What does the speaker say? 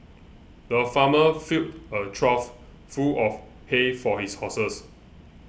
the farmer filled a trough full of hay for his horses